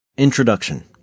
Introduction